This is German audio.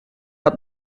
hat